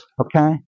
okay